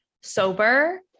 sober